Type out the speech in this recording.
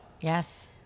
Yes